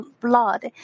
blood